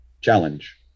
challenge